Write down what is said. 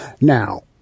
Now